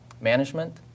management